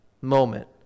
moment